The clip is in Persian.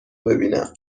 ببینم